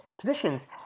positions